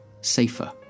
safer